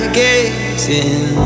gazing